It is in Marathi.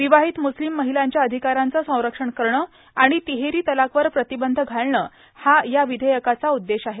विवाहित मुस्लिम महिलांच्या अधिकारांचं संरक्षण करणं आणि तिहेरी तलाकवर प्रतिबंध घालणं हा या विधेयकाचा उद्देश आहे